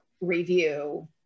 review